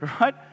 right